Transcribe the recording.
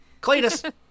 Cletus